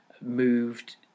moved